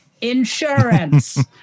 insurance